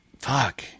Fuck